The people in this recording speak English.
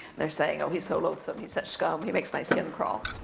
they're saying, he's so loathsome, he's such scum, he makes my skin crawl.